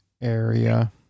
area